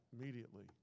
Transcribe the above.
immediately